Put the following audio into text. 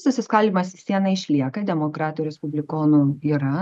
susiskaldymas vie viena išlieka demokratų respublikonų yra